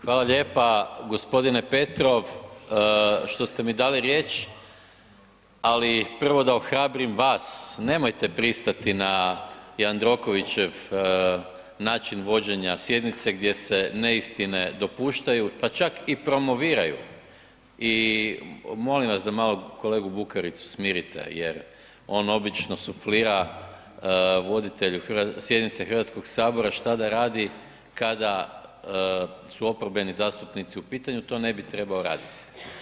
Hvala lijepa g. Petrov što ste mi dali riječ, ali prvo da ohrabrim vas, nemojte pristati na Jandrokovićev način vođenja sjednice gdje se neistine dopuštaju pa čak i promoviraju i molim vas da malo kolegu Bukaricu smirite jer on obično suflira voditelju sjednice Hrvatskog sabora šta da radi kada su oporbeni zastupnici u pitanju a to ne bi trebao raditi.